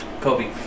Kobe